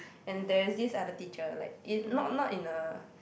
and there's this other teacher like in not not in a